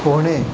पोहणे